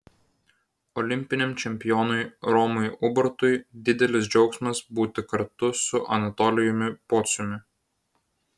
olimpiniam čempionui romui ubartui didelis džiaugsmas būti kartu su anatolijumi pociumi